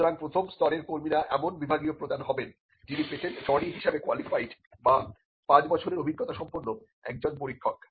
সুতরাং প্রথম স্তরের কর্মীরা এমন বিভাগীয় প্রধান হবেন যিনি পেটেন্ট অ্যাটর্নি হিসাবে কোয়ালিফাইড বা পাঁচ বছরের অভিজ্ঞতা সম্পন্ন একজন পরীক্ষক